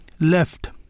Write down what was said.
left